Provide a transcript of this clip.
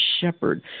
shepherd